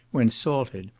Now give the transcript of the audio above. when salted,